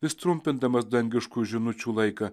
jis trumpindamas dangiškų žinučių laiką